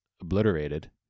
obliterated